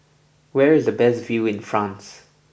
where is the best view in France